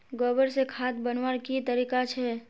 गोबर से खाद बनवार की तरीका छे?